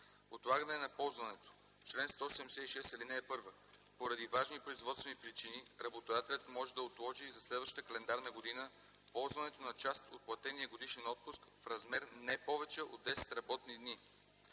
Отлагане на ползването Чл. 176. (1) Поради важни производствени причини работодателят може да отложи за следващата календарна година ползването на част от платения годишен отпуск в размер не повече от 10 работни дни.